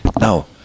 Now